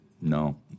no